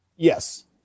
Yes